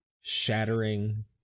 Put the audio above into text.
Shattering